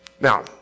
Now